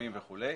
אופנועים וכו'.